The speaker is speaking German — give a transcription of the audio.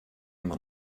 man